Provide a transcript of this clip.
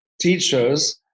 teachers